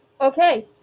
Okay